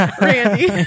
Randy